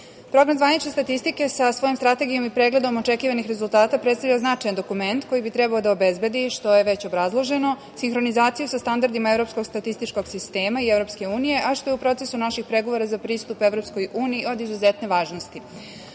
zvanične statistike sa svojom strategijom i pregledom očekivanih rezultata predstavlja značajan dokument koji bi trebao da obezbedi, što je već obrazloženo, sinhronizaciju sa standardima Evropskog statističkog sistema i EU, a što je u procesu naših pregovora za pristup EU od izuzetne važnosti.U